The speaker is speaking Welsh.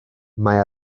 mae